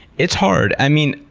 it's hard. i mean,